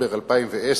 בנובמבר 2010,